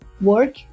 Work